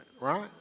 Right